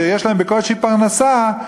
שיש להם בקושי פרנסה,